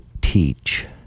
teach